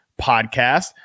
podcast